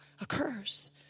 occurs